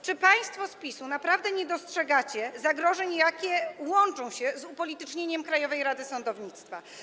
Czy państwo z PiS naprawdę nie dostrzegacie zagrożeń, jakie łączą się z upolitycznieniem Krajowej Rady Sądownictwa?